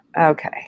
okay